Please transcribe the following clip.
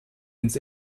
ins